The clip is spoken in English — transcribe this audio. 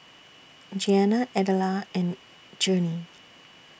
Jeana Adela and Journey